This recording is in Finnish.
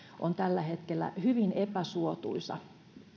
on tällä hetkellä hyvin epäsuotuisa